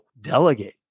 delegate